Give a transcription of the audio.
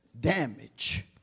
damage